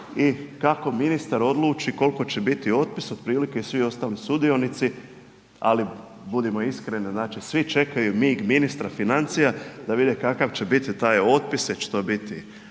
i kako ministar odluči, koliko će biti otpis, otprilike i svi ostali sudionici, ali budimo iskreni, svi čekaju… …ali budimo ali budimo iskreni, znači svi čekaju mig ministra financija da vide kakav će biti taj otpis, jel će to biti